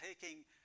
taking